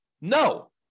No